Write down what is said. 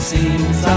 Seems